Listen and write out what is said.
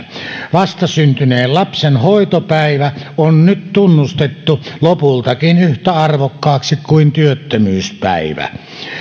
vastasyntyneen lapsen hoitopäivä on nyt tunnustettu lopultakin yhtä arvokkaaksi kuin työttömyyspäivä